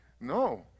No